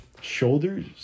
shoulders